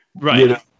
Right